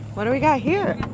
what do we got here?